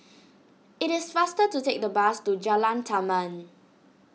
it is faster to take the bus to Jalan Taman